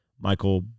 Michael